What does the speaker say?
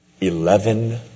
eleven